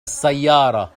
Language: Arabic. السيارة